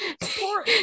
poor